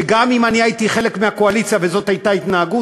שגם אם אני הייתי חלק מהקואליציה וזאת הייתה ההתנהגות,